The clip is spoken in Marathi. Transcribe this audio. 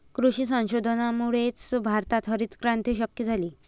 कृषी संशोधनामुळेच भारतात हरितक्रांती शक्य झाली